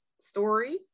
story